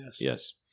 Yes